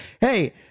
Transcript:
Hey